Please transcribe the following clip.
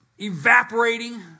evaporating